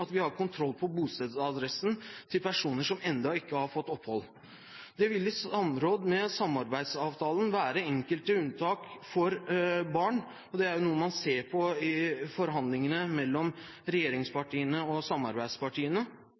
at vi har kontroll på bostedsadressen til personer som ennå ikke har fått opphold. Det vil i samråd med samarbeidsavtalen være enkelte unntak for barn, og det er noe man ser på i forhandlingene mellom regjeringspartiene og samarbeidspartiene.